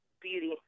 beauty